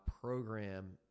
program –